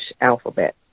alphabet